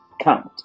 count